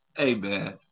Amen